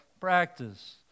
practice